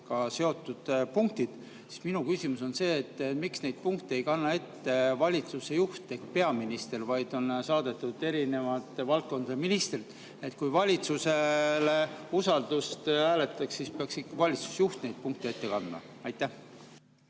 seotud punktid, siis minu küsimus on see, et miks neid punkte ei kanna ette valitsuse juht, peaminister, vaid on saadetud erinevate valdkondade ministrid. Kui valitsuse usaldust hääletatakse, siis peaks ikka valitsuse juht neid punkte ette kandma. Aitäh!